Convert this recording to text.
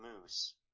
moose